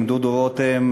עם דודו רותם,